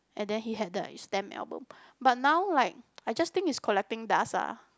and then he had the stamp album but now like I just think it is collecting dust ah